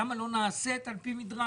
למה היא לא נעשית על פי מדרג?